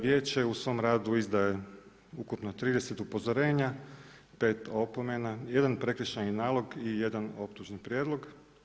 Vijeće u svom radu izdaje ukupno 30 upozorenja, 5 opomena, 1 prekršajni nalog i 1 optužni prijedlog.